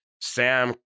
Sam